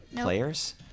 players